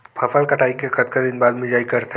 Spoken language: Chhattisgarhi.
फसल कटाई के कतका दिन बाद मिजाई करथे?